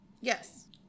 Yes